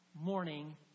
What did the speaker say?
morning